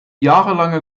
jahrelange